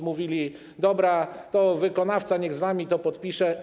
Mówili: dobra, to wykonawca niech z wami to podpisze.